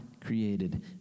created